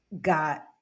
got